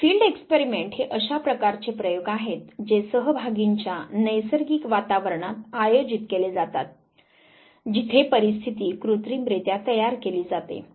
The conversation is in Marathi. तर फील्ड एक्सपेरिमेंट हे अशा प्रकारचे प्रयोग आहेत जे सहभागींच्या नैसर्गिक वातावरणात आयोजित केले जातात जिथे परिस्थिती कृत्रिमरीत्या तयार केली जाते